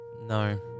no